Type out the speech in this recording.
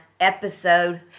Episode